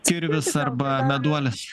kirvis arba meduolis